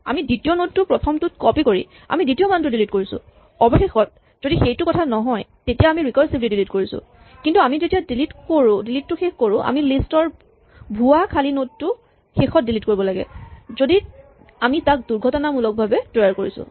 আমি দ্বিতীয় নড টো প্ৰথমটোত কপি কৰি আমি দ্বিতীয় মানটো ডিলিট কৰিছোঁ অৱশেষত যদি সেইটো কথা নহয় তেতিয়া আমি ৰিকাৰছিভলী ডিলিট কৰোঁ কিন্তু আমি যেতিয়া ডিলিট টো শেষ কৰোঁ আমি লিষ্ট ৰ ভুৱা খালী নড টো শেষত ডিলিট কৰিব লাগে যদি আমি তাক দুৰ্ঘটনামূলকভাৱে তৈয়াৰ কৰিছোঁ